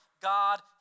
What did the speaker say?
God